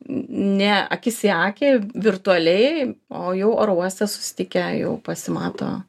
ne akis į akį virtualiai o jau oro uoste susitikę jau pasimato